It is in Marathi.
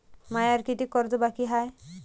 मायावर कितीक कर्ज बाकी हाय?